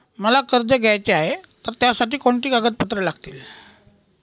मला कर्ज घ्यायचे आहे तर त्यासाठी कोणती कागदपत्रे लागतील?